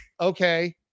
okay